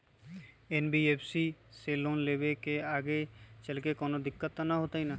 NBFC से loan लेबे से आगेचलके कौनो दिक्कत त न होतई न?